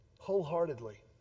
wholeheartedly